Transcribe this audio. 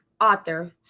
author